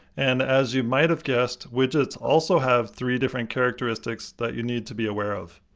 and, as you might have guessed, widgets also have three different characteristics that you need to be aware of.